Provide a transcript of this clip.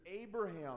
Abraham